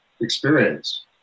experience